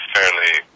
fairly